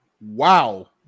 Wow